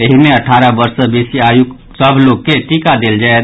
एहि मे अठारह वर्ष सँ बेसी आयुक सभ लोक के टीका देल जायत